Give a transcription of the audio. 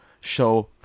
Show